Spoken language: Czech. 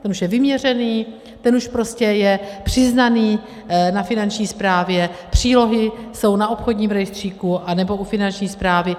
Ten už je vyměřený, ten už prostě je přiznaný na Finanční správě, přílohy jsou na obchodním rejstříku anebo u Finanční správy.